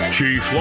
Chief